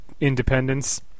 independence